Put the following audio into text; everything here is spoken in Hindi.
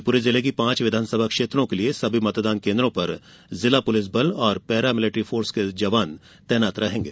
शिवपुरी जिले की पांच विधानसभा क्षेत्रों के लिये सभी मतदान केन्द्रों पर जिला पुलिस बल और पैरा मिलिट्रि फोर्स के जवान तैनात रहेंगे